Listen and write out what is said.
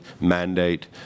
mandate